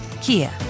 Kia